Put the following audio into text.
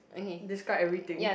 describe everything